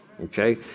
Okay